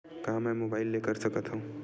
का मै मोबाइल ले कर सकत हव?